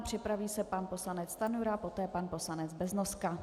Připraví se pan poslanec Stanjura, poté pan poslanec Beznoska.